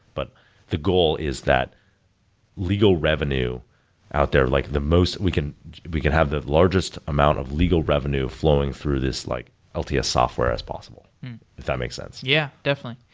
but the goal is that legal revenue out there, like the most we can we can have the largest amount of legal revenue flowing through this like ah lts software as possible. if that makes sense. yeah. definitely.